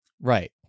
Right